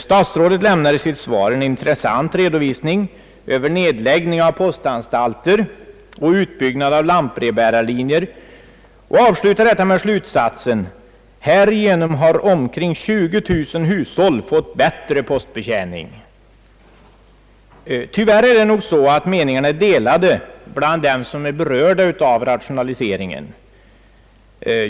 Statsrådet lämnar i sitt svar en intressant redovisning över nedläggning av postanstalter och utbyggnaden av lantbrevbärarlinjerna och avslutar detta med slutsatsen: »Härigenom har omkring 20 000 hushåll fått bättre postbetjäning.» Tyvärr är det nog så att meningarna är delade bland dem som är berörda av rationaliseringen.